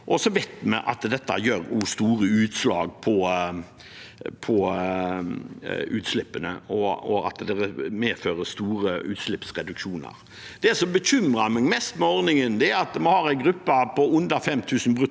Vi vet at dette også gir store utslag på utslippene, at det vil medføre store utslippsreduksjoner. Det som bekymrer meg mest med ordningen, er at vi har en gruppe på under 5 000 bruttotonn